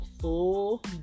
full